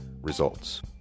Results